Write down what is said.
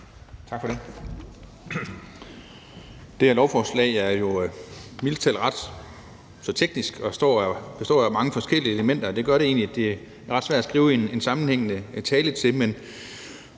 Tak for det.